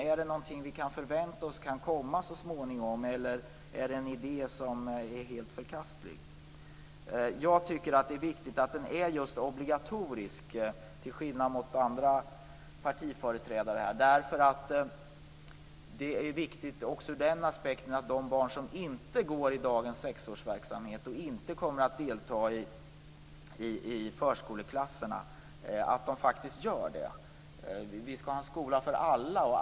Kan vi förvänta oss att detta kan komma så småningom, eller är det en helt förkastlig idé? Jag tycker till skillnad mot företrädare för andra partier att det är viktigt att grundskolan är obligatorisk. Det finns i dag barn som inte genomgår sexårsverksamhet och som inte deltar i förskoleklasserna, men det är viktigt att barnen faktiskt gör detta. Vi skall ha en skola för alla.